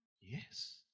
Yes